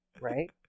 Right